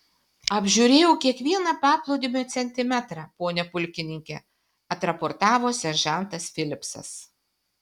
apžiūrėjau kiekvieną paplūdimio centimetrą pone pulkininke atraportavo seržantas filipsas